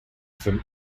from